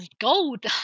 gold